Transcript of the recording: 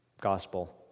gospel